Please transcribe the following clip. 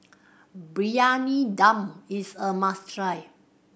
Briyani Dum is a must try